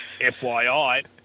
FYI